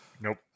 nope